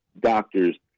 doctors